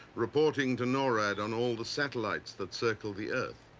reporting to norad on all the satellites that circle the earth.